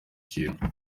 kintu